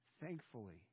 Thankfully